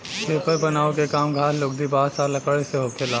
paper बनावे के काम घास, लुगदी, बांस आ लकड़ी से होखेला